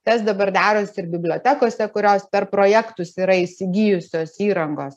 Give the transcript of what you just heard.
tas dabar darosi ir bibliotekose kurios per projektus yra įsigijusios įrangos